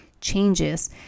changes